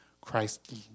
Christ